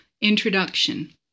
Introduction